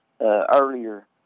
earlier